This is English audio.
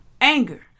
anger